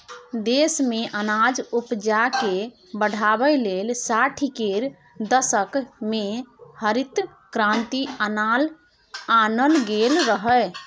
देश मे अनाज उपजाकेँ बढ़ाबै लेल साठि केर दशक मे हरित क्रांति आनल गेल रहय